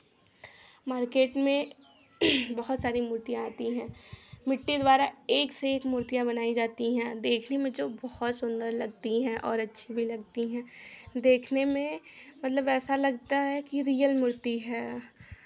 market में बहुत सारी मूर्तियाँ आती हैं मिट्टी द्वारा एक से एक मूर्तियाँ बनाई जाती हैं देखने में जो बहुत सुन्दर लगती हैं और अच्छी भी लगती हैं देखने में मतलब ऐसा लगता है कि रियल मूर्ति है